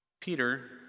Peter